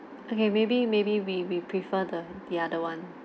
okay maybe maybe we we prefer the the other one